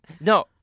No